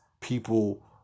people